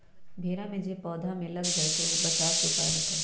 भेरा जे पौधा में लग जाइछई ओ से बचाबे के उपाय बताऊँ?